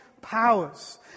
powers